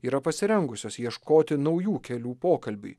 yra pasirengusios ieškoti naujų kelių pokalbiui